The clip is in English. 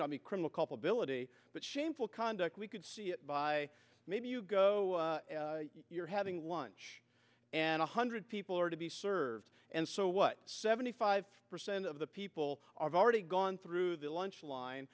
not be criminal culpability but shameful conduct we could see it by maybe you go you're having lunch and a hundred people are to be served and so what seventy five percent of the people are already gone through the lunch line